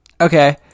Okay